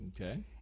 Okay